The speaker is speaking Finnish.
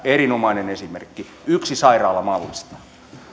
erinomainen esimerkki yksi sairaala mallista